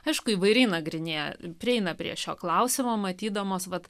aišku įvairiai nagrinėja prieina prie šio klausimo matydamos vat